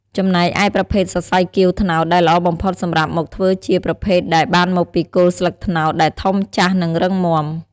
ចំណែកឯប្រភេទសរសៃគាវត្នោតដែលល្អបំផុតសម្រាប់មកធ្វើជាប្រភេទដែលបានមកពីគល់ស្លឹកត្នោតដែលធំ ចាស់ និងរឹងមាំ។